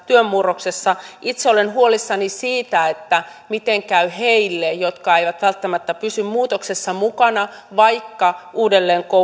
työn murroksessa itse olen huolissani siitä miten käy heille jotka eivät välttämättä pysy muutoksessa mukana vaikka uudelleen